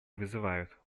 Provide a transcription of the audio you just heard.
вызывают